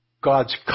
God's